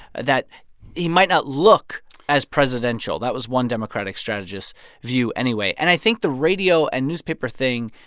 that he might not look as presidential. that was one democratic strategist view anyway. and i think the radio and newspaper thing,